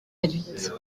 réduite